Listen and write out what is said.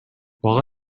while